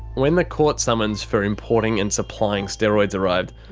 when the court summons for importing and supplying steroids arrived,